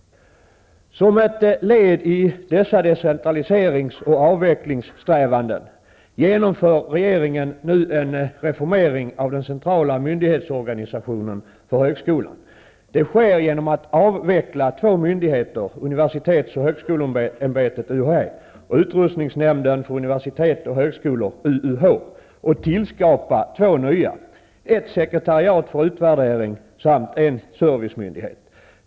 Som ett led i dessa decentraliserings och avvecklingssträvanden genomför regeringen nu en reformering av den centrala myndighetsorganisationen för högskolan. Det sker genom att två myndigheter avvecklas, nämligen universitets och högskoleämbetet, UHÄ, och utrustningsnämnden för universitet och högskolor, UUH, samt genom att två nya myndigheter tillskapas, nämligen ett sekretariat för utvärdering och en servicemyndighet.